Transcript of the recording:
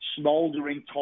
smouldering